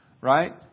Right